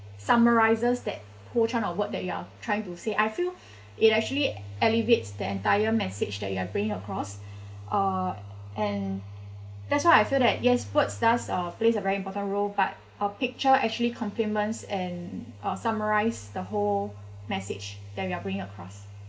summarises that whole chunk of word that you are trying to say I feel it actually alleviates the entire message that you are going across uh and that's why I feel that yes words does uh plays a very important role but a picture actually compliments and uh summarise the whole message that we are going across